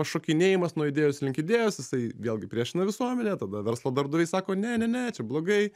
šokinėjimas nuo idėjos link idėjos jisai vėlgi priešina visuomenę tada verslo darbdaviai sako ne ne čia blogai